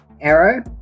arrow